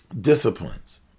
disciplines